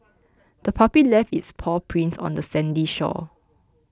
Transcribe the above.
the puppy left its paw prints on the sandy shore